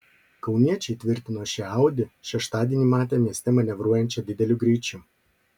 kauniečiai tvirtino šią audi šeštadienį matę mieste manevruojančią dideliu greičiu